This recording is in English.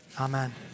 Amen